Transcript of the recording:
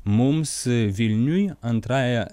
mums vilniuj antrąja